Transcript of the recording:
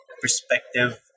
perspective